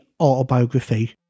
autobiography